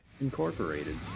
Incorporated